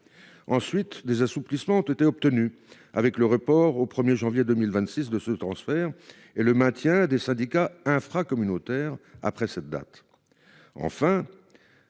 Ensuite des assouplissements ont été obtenus avec le report au 1er janvier 2026 de ce transfert et le maintien des syndicats infra-communautaire après cette date.